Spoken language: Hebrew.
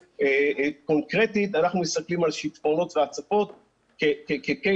קונקרטית אנחנו מסתכלים על שיטפונות והצפות כמקרה